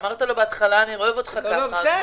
אמרתי לו בהתחלה "אני אוהב אותך" -- בסדר,